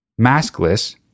maskless